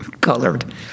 colored